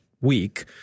week